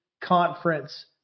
conference